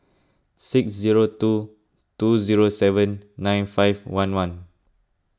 six zero two two zero seven nine five one one